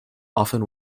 often